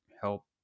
help